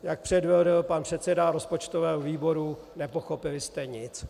Jak předvedl pan předseda rozpočtového výboru, nepochopili jste nic.